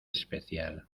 especial